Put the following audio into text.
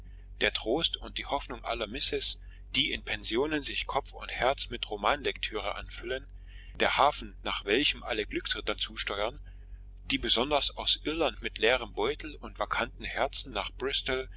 der trost und die hoffnung aller misses die in pensionen sich kopf und herz mit romanlektüre anfüllen der hafen nach welchem alle glücksritter zusteuern die besonders aus irland mit leerem beutel und vakanten herzen nach bristol